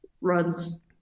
runs